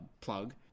plug